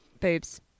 Boobs